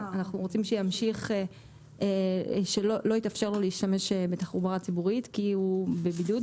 אנחנו רוצים שלא יתאפשר לו להשתמש בתחבורה ציבורית כי הוא בבידוד,